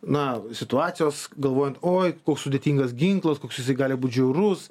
na situacijos galvojant oi koks sudėtingas ginklas koks jisai gali būt žiaurus